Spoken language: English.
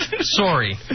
Sorry